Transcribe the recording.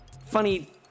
Funny